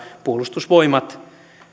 puolustusvoimat